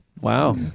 Wow